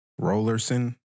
Rollerson